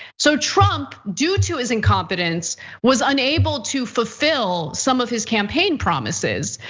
so trump, due to his incompetence was unable to fulfill some of his campaign promises.